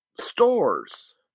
stores